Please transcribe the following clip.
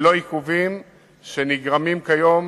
ללא עיכובים שנגרמים כיום